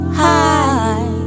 high